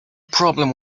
problem